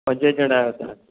पंज ॼणा आयो तव्हां